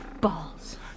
Balls